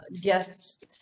guests